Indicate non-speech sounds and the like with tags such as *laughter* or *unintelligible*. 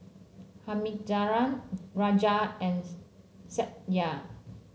Thamizhavel Raja and *unintelligible* Satya